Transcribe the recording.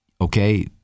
okay